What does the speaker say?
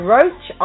Roach